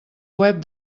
web